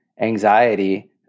anxiety